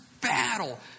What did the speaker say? battle